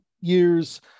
years